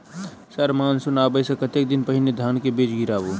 Sir monsoon आबै सऽ कतेक दिन पहिने धान केँ बीज गिराबू?